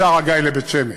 משער-הגיא לבית-שמש?